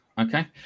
Okay